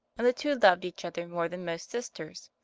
and the two loved each other more than most sisters.